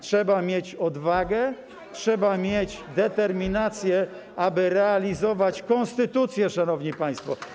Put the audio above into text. Trzeba mieć odwagę i determinację, aby realizować konstytucję, szanowni państwo.